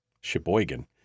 Sheboygan